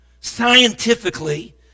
scientifically